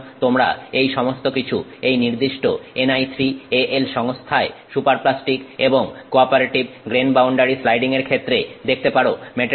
সুতরাং তোমরা এই সমস্ত কিছু এই নির্দিষ্ট Ni3Al সংস্থায় সুপারপ্লাস্টিক এবং কোয়াপারেটিভ গ্রেন বাউন্ডারি স্লাইডিং এর ক্ষেত্রে দেখতে পারো